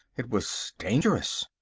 it was dangerous!